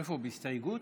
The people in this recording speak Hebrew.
איפה, בהסתייגות?